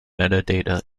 metadata